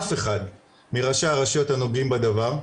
אף אחד מראשי הרשויות הנוגעים בדבר,